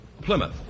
Plymouth